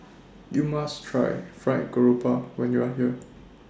YOU must Try Fried Garoupa when YOU Are here